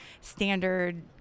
standard